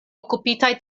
okupitaj